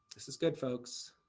this is good folks.